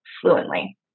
fluently